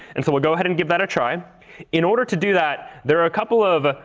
and so we'll go ahead and give that a try. in order to do that, there are a couple of